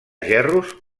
gerros